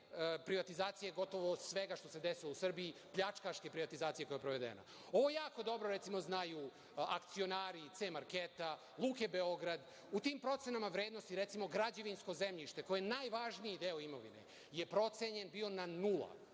privatizacije gotovo svega što se desilo u Srbiji, pljačkaške privatizacije koja je sprovedena. Ovo jako dobro znaju akcionari „C marketa“, „Luke Beograd“. U tim procenama vrednostima, recimo, građevinsko zemljište, koji je najvažniji deo imovine, je procenjen bio na nula.